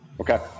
Okay